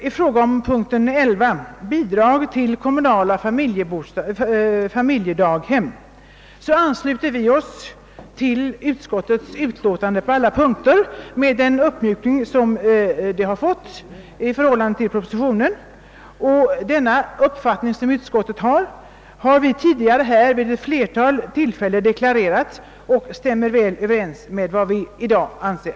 I fråga om punkten 11, bidrag till kommunala familjedaghem, ansluter vi oss till utskottets utlåtande på alla punkter med den uppmjukning utlåtandet har fått i förhållande till propositionen. Vi har tidigare vid ett flertal tillfällen deklarerat att vi har den uppfattning utskottet nu redovisar.